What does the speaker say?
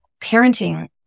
parenting